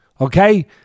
okay